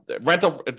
rental